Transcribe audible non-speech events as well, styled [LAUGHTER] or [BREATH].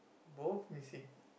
both missing [BREATH]